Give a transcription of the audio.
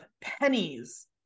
pennies